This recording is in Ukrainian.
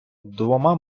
двома